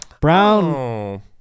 brown